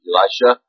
Elisha